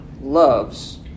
loves